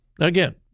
Again